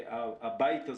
הבית הזה,